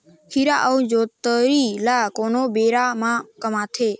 खीरा अउ जोंदरी ल कोन बेरा म कमाथे?